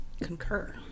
Concur